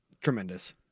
Tremendous